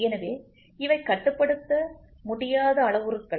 எனவே இவை கட்டுப்படுத்த முடியாத அளவுருக்கள்